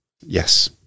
Yes